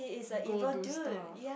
go do stuff